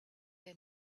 they